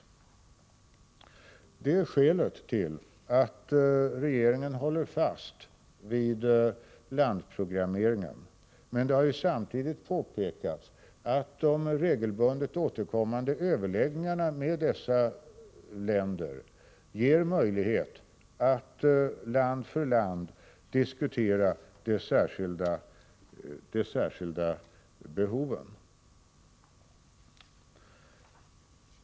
Det är skälet till att regeringen håller fast vid landprogrammeringen. Det har samtidigt påpekats att de regelbundet återkommande överläggningarna med dessa länder ger möjlighet att land för land diskutera de särskilda behoven.